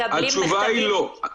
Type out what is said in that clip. התשובה היא לא.